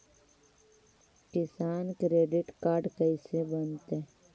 किसान credit card कैसे बनतै?